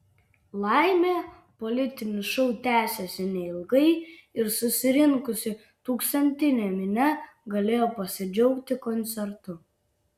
laimė politinis šou tęsėsi neilgai ir susirinkusi tūkstantinė minia galėjo pasidžiaugti koncertu